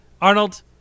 Arnold